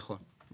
נכון.